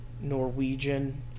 Norwegian